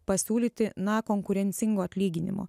pasiūlyti na konkurencingo atlyginimo